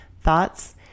Thoughts